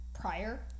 prior